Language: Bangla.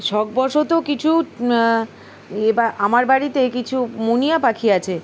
শখবশত কিছু এ আমার বাড়িতে কিছু মুনিয়া পাখি আছে